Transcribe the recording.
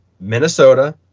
Minnesota